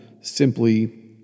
simply